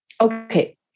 Okay